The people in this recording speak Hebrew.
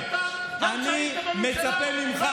עכשיו מגלה אמפתיה?